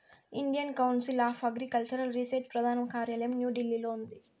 Indian council of agricultural research ప్రధాన కార్యాలయం న్యూఢిల్లీలో ఉంది